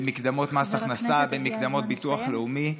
במקדמות מס הכנסה, במקדמות ביטוח לאומי,